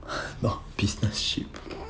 !wah! business shit